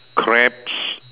crabs